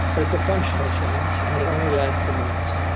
where it's a functional change, and it only lasts for minutes.